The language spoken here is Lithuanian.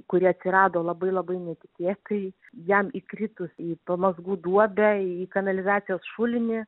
kuri atsirado labai labai netikėtai jam įkritus į pamazgų duobę į kanalizacijos šulinį